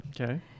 Okay